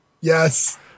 yes